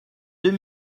deux